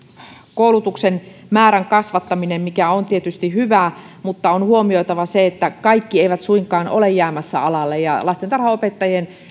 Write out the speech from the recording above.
koulutuksen määrän kasvattaminen on tietysti hyvä asia mutta on huomioitava se että kaikki eivät suinkaan ole jäämässä alalle ja lastentarhanopettajien